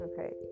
okay